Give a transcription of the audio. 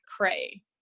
cray